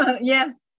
yes